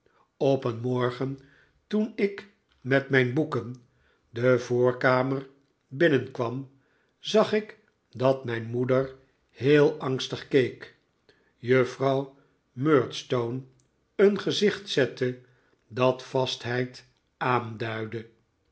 de voorkamer binnenkwam zag ik dat mijn moeder heel angstig keek juffrouw murdstone een gezicht zette dat vastheid aanduidde